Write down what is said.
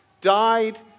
died